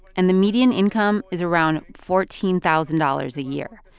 and the median income is around fourteen thousand dollars a year.